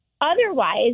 Otherwise